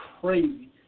crazy